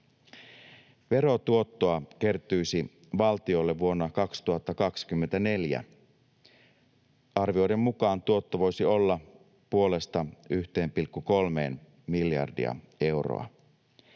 Verotuottoa kertyisi valtiolle vuonna 2024. Arvioiden mukaan tuotto voisi olla 0,5—1,3 miljardia euroa.